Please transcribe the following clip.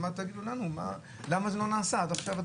תגידו לנו למה זה לא נעשה עד עכשיו,